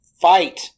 fight